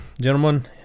gentlemen